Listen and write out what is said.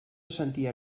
sentia